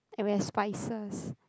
and we have spices